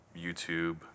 YouTube